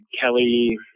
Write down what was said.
Kelly